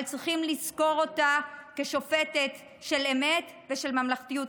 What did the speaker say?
אבל צריכים לזכור אותה כשופטת של אמת ושל ממלכתיות.